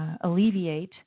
alleviate